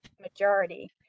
majority